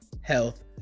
health